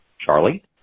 Charlie